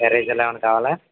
ఎరేజర్లు ఏమైనా కావాలా